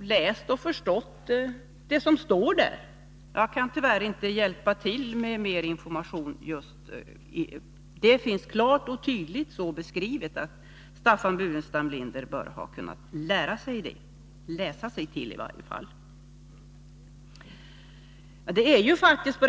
läst och förstått det som där står. Jag kan tyvärr inte hjälpa till med mer information. Det är en så klar och tydlig beskrivning att Staffan Burenstam Linder borde ha kunnat om inte lära sig den så i varje fall läsa sig till denna information.